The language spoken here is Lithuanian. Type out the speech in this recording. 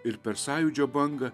ir per sąjūdžio bangą